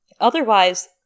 Otherwise